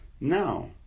Now